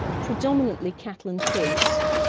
predominantly cattle and pigs,